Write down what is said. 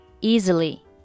easily